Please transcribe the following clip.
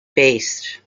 based